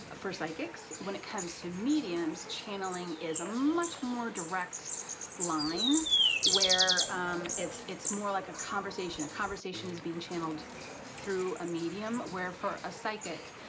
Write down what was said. for psychics. when it comes to mediums channeling is a much more direct line where it's it's more like a conversation. a conversation is being channeled through a medium. where for a psychic